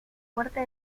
fuerte